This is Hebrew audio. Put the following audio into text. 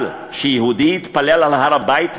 אבל שיהודי יתפלל על הר-הבית,